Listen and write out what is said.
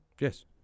Yes